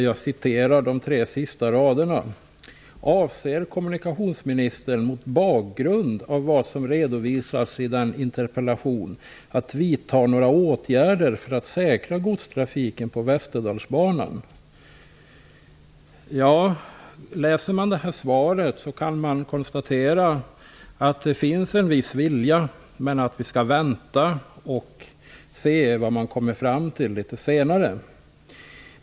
Jag återger de tre sista raderna: Avser kommunikationsministern, mot bakgrund av vad som redovisas i en interpellation, att vidta några åtgärder för att säkra godstrafiken på Läser man svaret kan man konstatera att det finns en viss vilja men att vi skall vänta och se vad man kommer fram till litet senare.